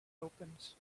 opens